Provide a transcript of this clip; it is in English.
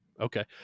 okay